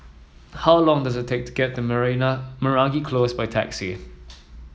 how long does it take to get to Meragi Close by taxi